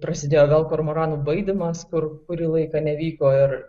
prasidėjo vėl kormoranų baidymas kur kurį laiką nevyko ir